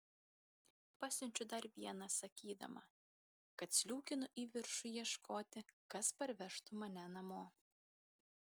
pasiunčiu dar vieną sakydama kad sliūkinu į viršų ieškoti kas parvežtų mane namo